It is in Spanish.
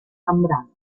zambrano